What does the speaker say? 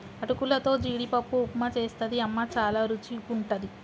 అటుకులతో జీడిపప్పు ఉప్మా చేస్తది అమ్మ చాల రుచిగుంటది